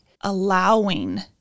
Allowing